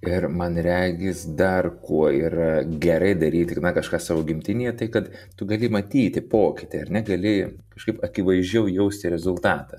ir man regis dar kuo yra gerai daryti kažką savo gimtinėje tai kad tu gali matyti pokytį ar ne gali kažkaip akivaizdžiau jausti rezultatą